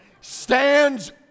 stands